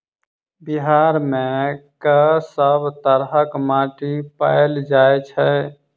बिहार मे कऽ सब तरहक माटि पैल जाय छै?